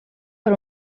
per